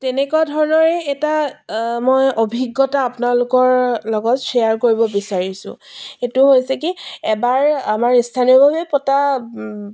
তেনেকুৱা ধৰণৰেই এটা মই অভিজ্ঞতা আপোনালোকৰ লগত শ্বেয়াৰ কৰিব বিচাৰিছোঁ সেইটো হৈছে কি এবাৰ আমাৰ স্থানীয়ভাৱে পতা